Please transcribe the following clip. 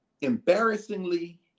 embarrassingly